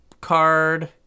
card